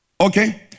Okay